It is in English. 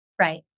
Right